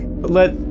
let